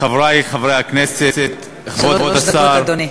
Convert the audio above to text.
חברי חברי הכנסת, כבוד השר, שלוש דקות, אדוני.